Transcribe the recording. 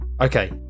Okay